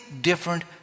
different